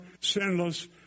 sinless